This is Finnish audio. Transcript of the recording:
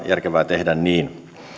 järkevää tehdä niin